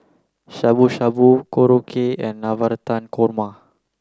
Shabu Shabu Korokke and Navratan Korma